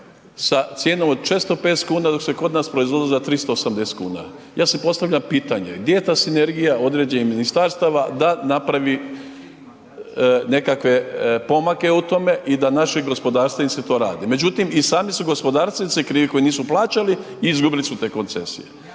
sa cijenom od 650 kuna dok se kod nas proizvodilo za 380 kuna. Ja si postavljam pitanje gdje je ta sinergija određenih ministarstava da napravi nekakve pomake u tome i da naše gospodarstvenici to rade. Međutim i sami su gospodarstveni krivi koji nisu plaćali i izgubili su te koncesije.